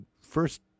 first